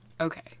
Okay